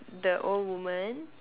the old woman